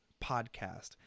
podcast